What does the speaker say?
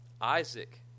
Isaac